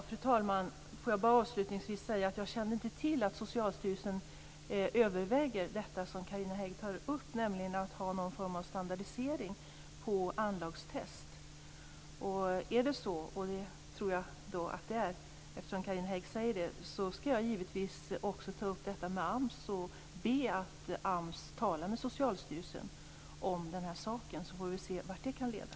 Fru talman! Låt mig avslutningsvis säga att jag inte kände till att Socialstyrelsen överväger det som Carina Hägg tar upp, nämligen att ha någon form av standardisering av anlagstest. Är det så - och det tror jag att det är, eftersom Carina Hägg säger det - skall jag givetvis ta upp detta med AMS och be att AMS talar med Socialstyrelsen om den här saken, så får vi se vart det kan leda.